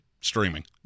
streaming